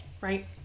right